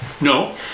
no